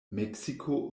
meksiko